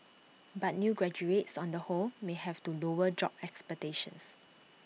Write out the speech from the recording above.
but new graduates on the whole may have to lower job expectations